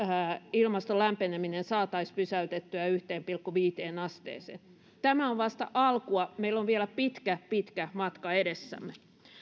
ilmaston lämpeneminen saataisiin pysäytettyä yhteen pilkku viiteen asteeseen tämä on vasta alkua meillä on vielä pitkä pitkä matka edessämme